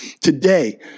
Today